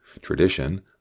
Tradition